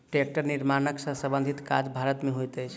टेक्टरक निर्माण सॅ संबंधित काज भारत मे होइत अछि